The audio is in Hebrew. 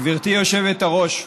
גברתי היושבת-ראש,